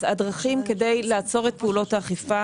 אז הדרכים כדי לעצור את פעולות האכיפה